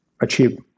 achieve